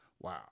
wow